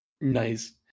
nice